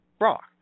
rock